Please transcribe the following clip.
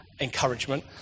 encouragement